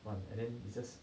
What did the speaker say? on and then it's just